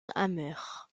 hammer